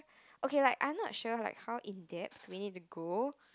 okay like I'm not sure like how in depth we need to go